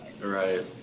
Right